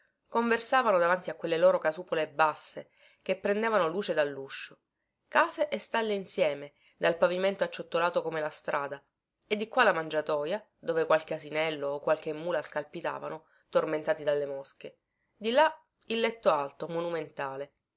conversavano davanti a quelle loro casupole basse che prendevano luce dalluscio case e stalle insieme dal pavimento acciottolato come la strada e di qua la mangiatoja dove qualche asinello o qualche mula scalpitavano tormentati dalle mosche di là il letto alto monumentale